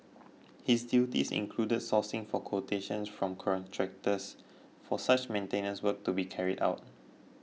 his duties included sourcing for quotations from contractors for such maintenance work to be carried out